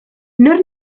nor